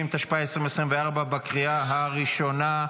160), התשפ"ה 2024, בקריאה הראשונה.